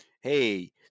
hey